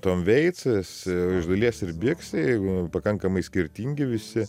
tom veitsas iš dalies ir biksai pakankamai skirtingi visi